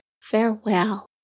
farewell